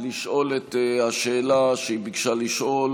לשאול את השאלה שהיא ביקשה לשאול